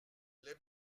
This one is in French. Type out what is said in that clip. les